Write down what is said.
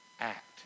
Act